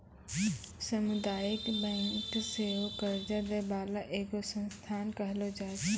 समुदायिक बैंक सेहो कर्जा दै बाला एगो संस्थान कहलो जाय छै